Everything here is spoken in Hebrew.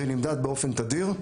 ונמדד באופן תדיר.